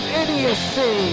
idiocy